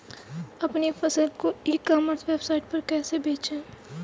अपनी फसल को ई कॉमर्स वेबसाइट पर कैसे बेचें?